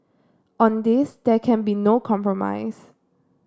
on this there can be no compromise